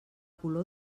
color